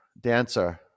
Dancer